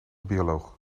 bioloog